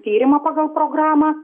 tyrimą pagal programą